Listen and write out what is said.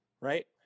right